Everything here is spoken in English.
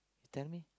tell me